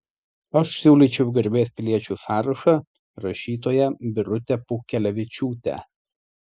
aš siūlyčiau į garbės piliečių sąrašą rašytoją birutę pūkelevičiūtę